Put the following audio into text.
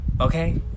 Okay